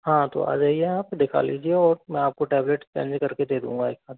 हाँ तो आ जाइए आप दिखा लीजिए और मैं आपको टेबलेट चेंज करके दे दूंगा एक साथ